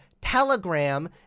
Telegram